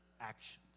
actions